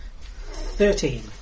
Thirteen